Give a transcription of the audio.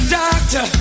doctor